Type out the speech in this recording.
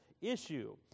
issue